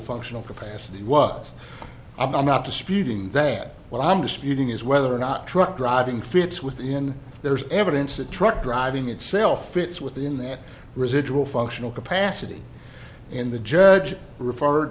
functional capacity what i'm not disputing that what i'm disputing is whether or not truck driving fits within there's evidence that truck driving itself is it's within that residual functional capacity and the judge referred